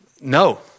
no